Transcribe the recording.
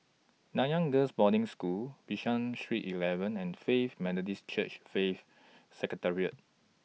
Nanyang Girls' Boarding School Bishan Street eleven and Faith Methodist Church Faith Sanctuary